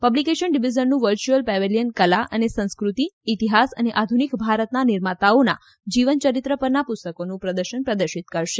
publication ડિવિઝનનું વર્યુઅલ pavilion કલા અને સંસ્કૃતિ ઇતિહાસ અને આધુનિક ભારતના નિર્માતાઓના જીવનચરિત્ર પરના પુસ્તકોનુંપ્રદર્શન પ્રદર્શિત કરશે